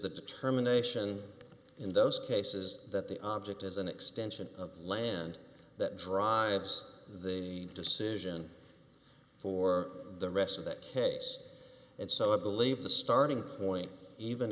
the determination in those cases that the object is an extension of the land that drives the decision for the rest of that case and so i believe the starting point even